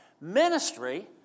Ministry